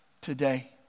today